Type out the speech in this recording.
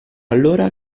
allora